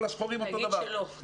כל השחורים אותו דבר.